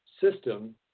system